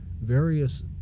various